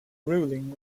ruling